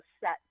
set